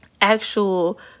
actual